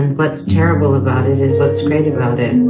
and what's terrible about it is what's great about it. and